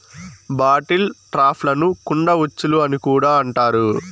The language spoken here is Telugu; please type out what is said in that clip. బాటిల్ ట్రాప్లను కుండ ఉచ్చులు అని కూడా అంటారు